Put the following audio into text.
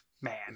Man